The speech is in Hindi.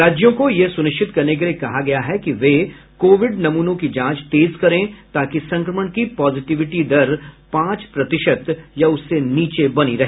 राज्यों को यह सुनिश्चित करने के लिए कहा गया है कि वे कोविड नमूनों की जांच तेज करे ताकि संक्रमण की पॉजिटिविटि दर पांच प्रतिशत या उससे नीचे ही बनी रहे